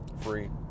Free